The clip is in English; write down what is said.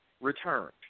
returned